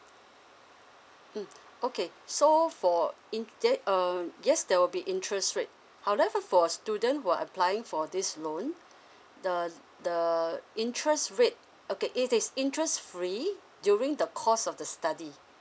mm okay so for in the um yes there will be interest rate however for student who are applying for this loan the the interest rate okay it is interest free during the course of the study